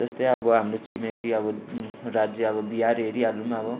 जस्तै अब हाम्रो छिमेकी अब राज्य अब बिहार हेरिहालौँ अब